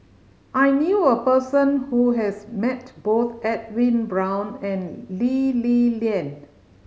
I knew a person who has met both Edwin Brown and Lee Li Lian